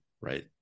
right